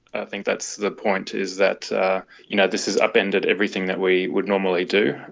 i think that's the point, is that ah you know this has upended everything that we would normally do,